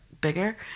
bigger